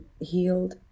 healed